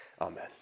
Amen